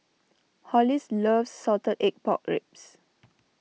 Hollis loves Salted Egg Pork Ribs